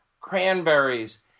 cranberries